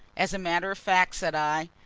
as a matter of fact, said i,